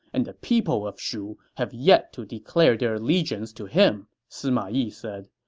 and the people of shu have yet to declare their allegiance to him, sima yi said.